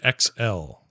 XL